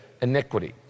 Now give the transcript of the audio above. iniquity